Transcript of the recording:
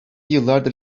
yıllardır